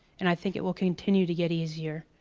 and i think it will continue to get easier.